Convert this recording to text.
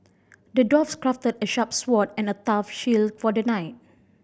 the dwarf crafted a sharp sword and a tough shield for the knight